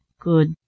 Good